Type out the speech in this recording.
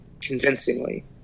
convincingly